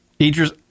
Idris